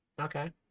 Okay